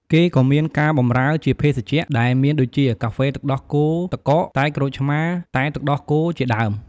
គេក៍មានការបម្រើ ជាភេសជ្ជៈ ដែលមានដូចជា កាហ្វេទឹកដោះគោទឹកកក តែក្រូចឆ្មារ តែទឹកដោះគោ ជាដើម។